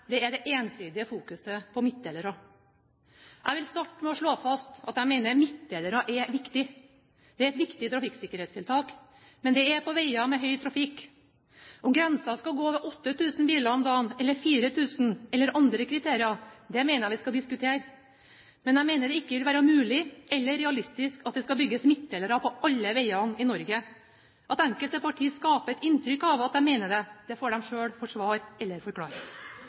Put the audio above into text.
jeg er det ensidige fokuset på midtdelere. Jeg vil starte med å slå fast at jeg mener midtdelere er viktig. Det er et viktig trafikksikkerhetstiltak, men det er på veier med høy trafikk. Om grensen skal gå ved 8 000 biler i døgnet, ved 4 000, eller ved andre kriterier, mener jeg vi skal diskutere. Men jeg mener det ikke vil være mulig eller realistisk å bygge midtdelere på alle veiene i Norge. At enkelte partier skaper et inntrykk av at de mener det, får de selv forsvare eller